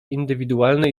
indywidualne